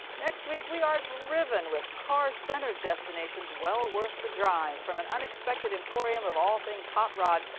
next week. we are driven. with car-centered destinations well worth the drive. from an unexpected emporium of all things hot rod.